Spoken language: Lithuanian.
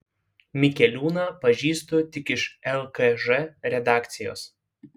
mikeliūną pažįstu tik iš lkž redakcijos